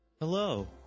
Hello